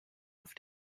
auf